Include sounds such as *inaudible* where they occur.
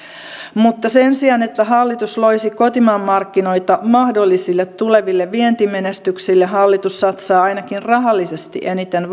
mutta sen sijaan että hallitus loisi kotimaan markkinoita mahdollisille tuleville vientimenestyksille hallitus satsaa ainakin rahallisesti eniten *unintelligible*